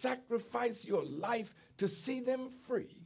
sacrifice your life to see them free